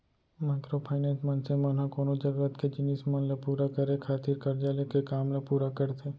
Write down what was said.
micro finance, मनसे मन ह कोनो जरुरत के जिनिस मन ल पुरा करे खातिर करजा लेके काम ल पुरा करथे